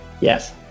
Yes